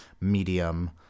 medium